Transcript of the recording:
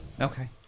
Okay